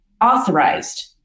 authorized